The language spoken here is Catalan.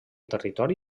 territori